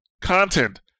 content